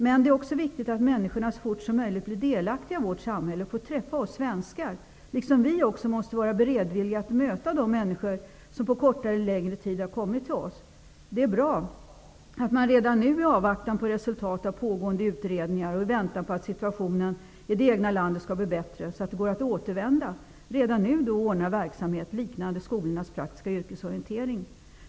Men det är också viktigt att människorna så fort som möjligt blir delaktiga i vårt samhälle och får träffa oss svenskar, liksom att vi också måste vara beredvilliga att möta de människor som på kortare eller längre tid har kommit till oss. Det är bra att man redan nu i avvaktan på att flyktingarna skall få resultatet av pågående utredningar och i väntan på att situationen i deras eget land skall bli bättre så att det går att återvända ordnar verksamhet liknande skolornas praktiska yrkesorientering.